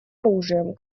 оружием